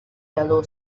yellow